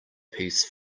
piece